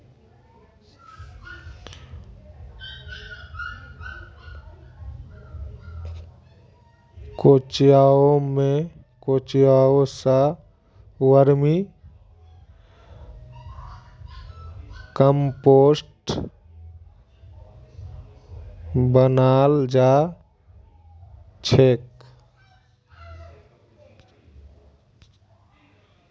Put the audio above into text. केंचुआ स vermicompost बनाल जा छेक